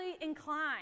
inclined